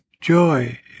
joy